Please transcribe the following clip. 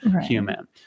human